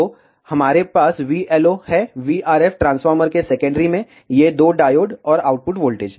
तो हमारे पास VLO है VRF ट्रांसफार्मर के सेकेंडरी में ये दो डायोड और आउटपुट वोल्टेज